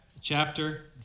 chapter